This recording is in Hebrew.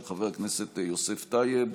של חבר הכנסת יוסף טייב,